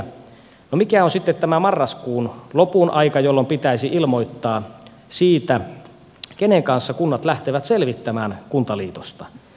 no mikä on sitten tämä marraskuun lopun aika jolloin pitäisi ilmoittaa siitä kenen kanssa kunnat lähtevät selvittämään kuntaliitosta